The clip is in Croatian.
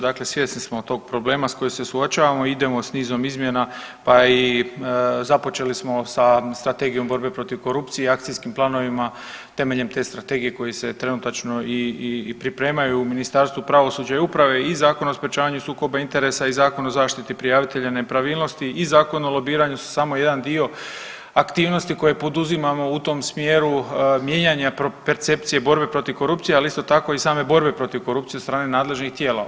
Dakle, svjesni smo tog problema s kojim se suočavamo, idemo s nizom izmjena pa i započeli smo sa Strategijom borbe protiv korupcije i akcijskim planovima temeljem te strategije koje se trenutačno i pripremaju u Ministarstvu pravosuđa i uprave i Zakon o sprečavanju sukoba interesa i Zakon o zaštiti prijavitelja nepravilnosti i Zakon o lobiranju su samo jedan dio aktivnosti koje poduzimamo u tom smjeru mijenjanja percepcije borbe protiv korupcije, ali isto tako i same borbe protiv korupcije od strane nadležnih tijela.